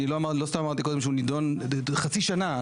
לא סתם אמרתי קודם שהוא נידון חצי שנה,